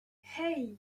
hey